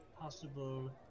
possible